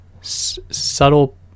subtle